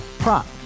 Prop